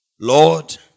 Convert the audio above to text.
Lord